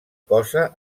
cosa